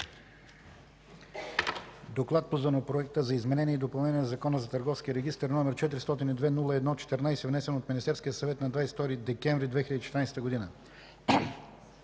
Законопроект за изменение и допълнение на Закона за търговския регистър, № 402 01–14, внесен от Министерския съвет на 22 декември 2014 г.”